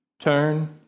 turn